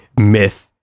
myth